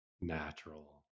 natural